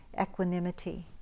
equanimity